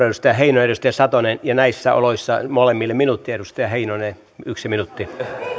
edustaja heinonen ja edustaja satonen ja näissä oloissa molemmille minuutti edustaja heinonen yksi minuutti